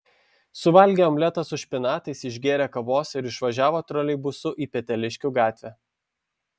suvalgė omletą su špinatais išgėrė kavos ir išvažiavo troleibusu į peteliškių gatvę